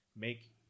make